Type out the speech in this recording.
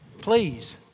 please